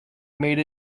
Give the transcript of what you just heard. made